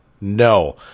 no